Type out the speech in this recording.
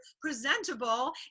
presentable